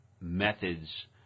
methods